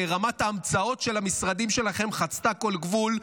רמת ההמצאות של המשרדים שלכם חצתה כל גבול.